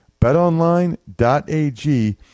Betonline.ag